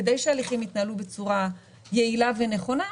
כדי שההליכים יתנהלו בצורה יעילה ונכונה,